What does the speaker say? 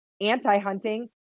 anti-hunting